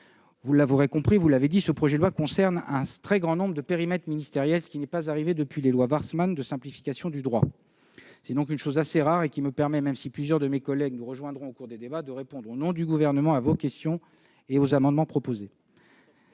Vous l'aurez compris, ce projet de loi concerne un très grand nombre de périmètres ministériels, ce qui n'était pas arrivé depuis les lois Warsmann de simplification du droit. C'est donc une chose assez rare et qui me permet, même si plusieurs de mes collègues nous rejoindront au cours des débats, de répondre au nom du Gouvernement à vos questions et à vos amendements. Nous